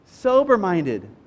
Sober-minded